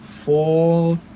Four